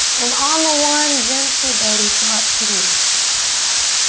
and on the one, gentle belly flop to the earth. ah